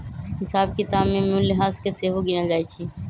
हिसाब किताब में मूल्यह्रास के सेहो गिनल जाइ छइ